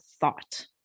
thought